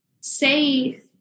say